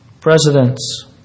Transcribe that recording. presidents